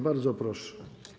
Bardzo proszę.